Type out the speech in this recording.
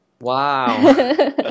Wow